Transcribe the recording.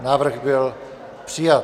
Návrh byl přijat.